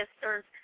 sisters